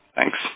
Thanks